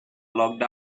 locked